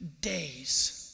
days